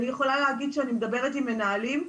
אני יכולה להגיד שאני מדברת עם מנהלים.